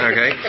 Okay